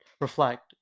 reflect